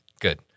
Good